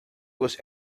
was